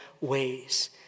ways